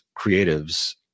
creatives